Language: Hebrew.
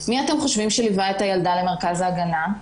מי אתם חושבים שליווה את הילדה למרכז ההגנה?